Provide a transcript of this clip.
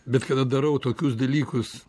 bet kada darau tokius dalykus